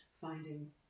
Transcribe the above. finding